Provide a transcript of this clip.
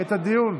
את הדיון?